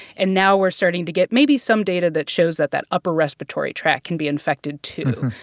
and now we're starting to get, maybe, some data that shows that that upper respiratory tract can be infected, too.